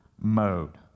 mode